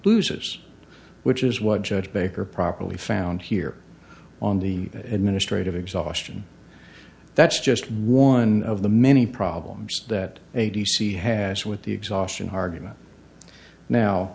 loses which is what judge baker properly found here on the administrative exhaustion that's just one of the many problems that a d c has with the exhaustion argument now